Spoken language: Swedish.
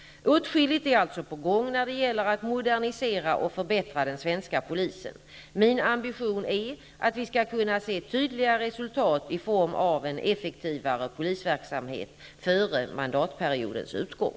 Åtskilligt är alltså på gång när det gäller att modernisera och förbättra den svenska polisen. Min ambition är att vi skall kunna se tydliga resultat i form av en effektivare polisverksamhet före mandatperiodens utgång.